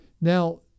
Now